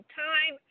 time